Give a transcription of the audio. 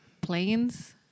planes